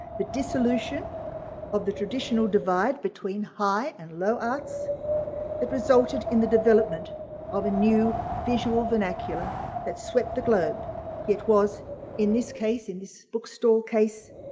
the dissolution of the traditional divide between high and low arts that resulted in the development of a new visual vernacular that swept the globe yet was in this case, in this bookstall case,